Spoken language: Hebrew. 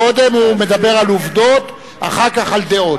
קודם הוא מדבר על עובדות, אחר כך על דעות.